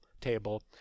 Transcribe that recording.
table